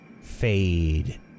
fade